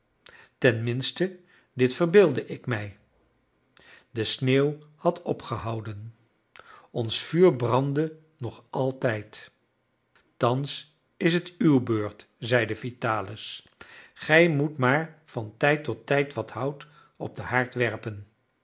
dit verbeeldde ik mij de sneeuw had opgehouden ons vuur brandde nog altijd thans is het uw beurt zeide vitalis gij moet maar van tijd tot tijd wat hout op den